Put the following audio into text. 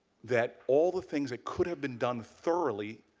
that all the things that could have been done thoroughly,